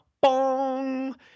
bong